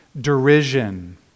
derision